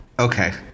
Okay